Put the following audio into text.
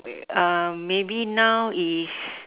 um maybe now is